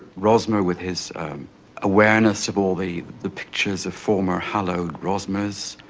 rosmer with his awareness of all the the pictures of former hallowed rosmers,